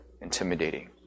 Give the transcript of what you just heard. intimidating